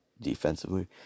defensively